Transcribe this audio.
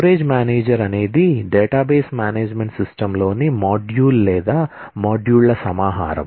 storage manager అనేది database management సిస్టమ్లోని module లేదా మాడ్యూళ్ల సమాహారం